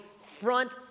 front